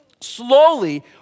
slowly